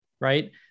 right